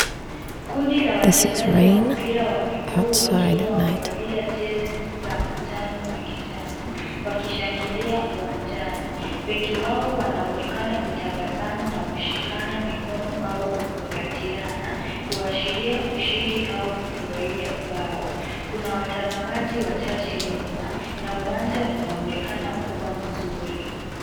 Kundi la wachezaji wa mpira wa miguu wakiwa wamevalia jezi za manjano na kijani wakishangilia uwanjani. Wengi wao wanaonekana kutabasamu na kushikana mikono au kukumbatiana kuashiria ushindi au kufurahia bao. Kuna watazamaji wachache nyuma na uwanja unaonekana kuwa mzuri.